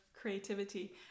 creativity